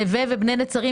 סביר שהמציאות לא תשתנה.